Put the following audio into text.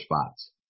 spots